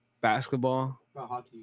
basketball